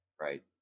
right